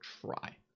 try